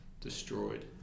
destroyed